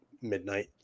midnight